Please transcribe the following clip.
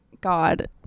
god